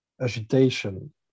agitation